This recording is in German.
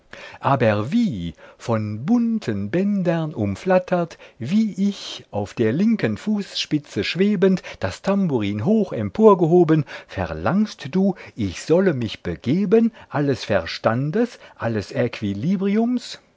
aber wie von bunten bändern umflattert wie ich auf der linken fußspitze schwebend das tamburin hoch emporgehoben verlangst du ich solle mich begeben alles verständes alles